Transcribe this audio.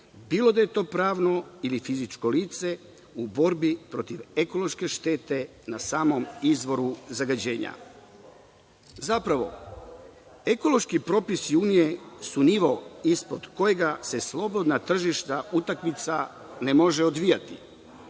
bilo da je to pravno ili fizičko lice, u borbi protiv ekološke štete na samom izvoru zagađenja. Zapravo, ekološki propisi Unije su nivo ispod kojega se slobodna tržišna utakmica ne može odvijati.